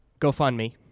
GoFundMe